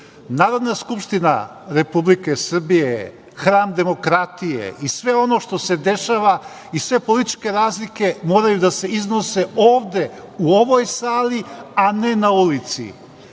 skupština Republike Srbije je hram demokratije i sve ono što se dešava, sve političke razlike, moraju da se iznose ovde, u ovoj sali, a ne na ulici.